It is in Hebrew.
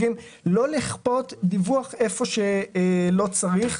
ולא לכפות דיווח איפה שלא צריך.